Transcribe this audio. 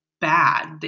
Bad